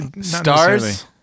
Stars